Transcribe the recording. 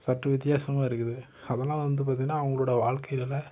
சற்று வித்தியாசமாக இருக்குது அதல்லாம் வந்து பார்த்தீங்கன்னா அவங்களோட வாழ்க்கையில